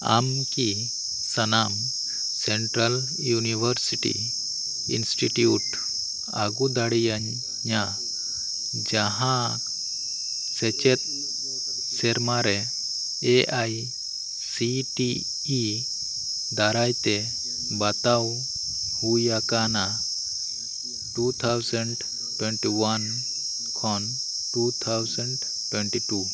ᱟᱢᱠᱤ ᱥᱟᱱᱟᱢ central university institute ᱟᱹᱜᱩ ᱫᱟᱲᱮᱭᱟᱹᱧᱟᱹ ᱡᱟᱦᱟᱸ ᱠᱚ ᱥᱮᱪᱮᱫ ᱥᱮᱨᱢᱟ ᱨᱮ A I C T E ᱫᱟᱨᱟᱭᱛᱮ ᱵᱟᱛᱟᱣ ᱦᱩᱭᱟᱠᱟᱱᱟ ᱴᱩ ᱛᱷᱟᱣᱡᱮᱱᱰ ᱴᱩᱭᱮᱱᱴᱤ ᱳᱣᱟᱱ ᱠᱷᱚᱱ ᱴᱩ ᱛᱷᱟᱣᱡᱮᱱᱰ ᱴᱩᱭᱮᱴᱤ ᱴᱩ